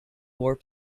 warp